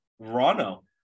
Verano